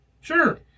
Sure